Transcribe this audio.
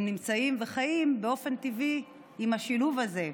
הם נמצאים בחיים באופן טבעי, עם השילוב הזה.